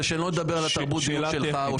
ושלא נדבר על תרבות הדיון שלך.